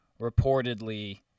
reportedly